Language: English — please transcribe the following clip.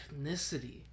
ethnicity